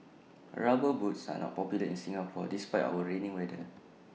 rubber boots are not popular in Singapore despite our rainy weather